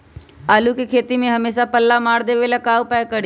आलू के खेती में हमेसा पल्ला मार देवे ला का उपाय करी?